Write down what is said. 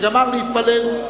שגמר להתפלל,